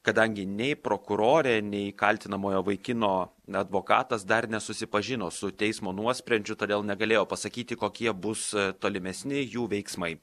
kadangi nei prokurorė nei kaltinamojo vaikino advokatas dar nesusipažino su teismo nuosprendžiu todėl negalėjo pasakyti kokie bus tolimesni jų veiksmai